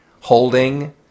holding